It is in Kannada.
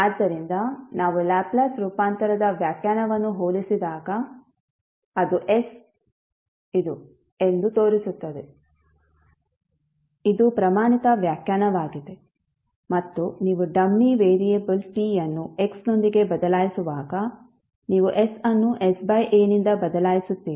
ಆದ್ದರಿಂದ ನಾವು ಲ್ಯಾಪ್ಲೇಸ್ ರೂಪಾಂತರದ ವ್ಯಾಖ್ಯಾನವನ್ನು ಹೋಲಿಸಿದಾಗ ಅದು s ಇದು ಎಂದು ತೋರಿಸುತ್ತದೆ ಇದು ಪ್ರಮಾಣಿತ ವ್ಯಾಖ್ಯಾನವಾಗಿದೆ ಮತ್ತು ನೀವು ಡಮ್ಮಿ ವೇರಿಯಬಲ್ t ಅನ್ನು x ನೊಂದಿಗೆ ಬದಲಾಯಿಸುವಾಗ ನೀವು s ಅನ್ನು s ಬೈ a ನಿಂದ ಬದಲಾಯಿಸುತ್ತೀರಿ